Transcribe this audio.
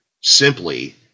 simply